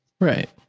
Right